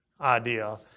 idea